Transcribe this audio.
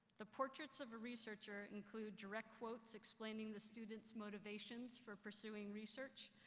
the portraits of a researcher include direct quotes explaining the students' motivations for pursuing research,